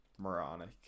moronic